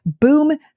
Boom